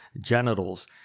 genitals